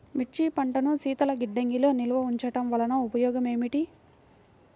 మిర్చి పంటను శీతల గిడ్డంగిలో నిల్వ ఉంచటం వలన ఉపయోగం ఏమిటి?